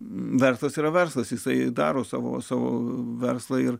verslas yra verslas jisai daro savo savo verslą ir